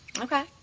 Okay